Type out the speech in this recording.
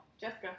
Jessica